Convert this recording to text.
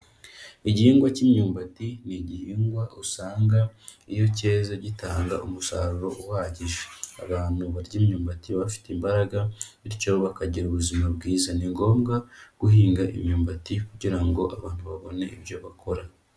Igihingwa cy'imyumbati, ni igihingwa usanga iyo cyeze gitanga umusaruro uhagije. Abantu barya imyumbati baba bafite imbaraga bityo bakagira ubuzima bwiza. Ni ngombwa guhinga imyumbati kugira ngo abantu babone ibyo bakora.